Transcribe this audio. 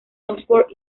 oxford